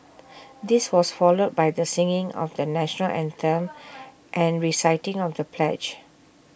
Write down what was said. this was followed by the singing of the National Anthem and reciting of the pledge